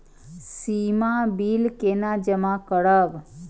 सीमा bill केना जमा करब?